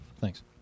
Thanks